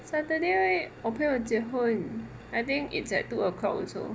saturday right 我朋友结婚 I think it's at two o'clock also